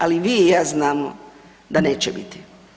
Ali vi i ja znamo da neće biti.